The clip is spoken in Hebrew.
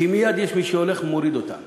כי מייד יש מי שהולך ומוריד אותם.